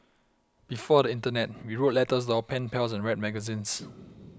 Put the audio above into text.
before the internet we wrote letters to our pen pals and read magazines